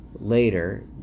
later